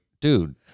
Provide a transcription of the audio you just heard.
dude